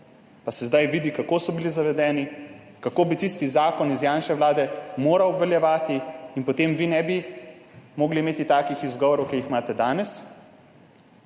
pa se zdaj vidi kako so bili zavedeni, kako bi tisti zakon iz Janševe vlade moral obveljevati in potem vi ne bi mogli imeti takih izgovorov, ki jih imate danes.